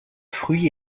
fruit